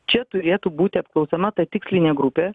čia turėtų būti apklausiama ta tikslinė grupė